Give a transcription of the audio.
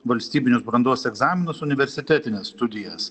valstybinius brandos egzaminus universitetines studijas